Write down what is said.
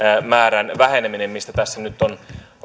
määrän väheneminen mistä tässä nyt on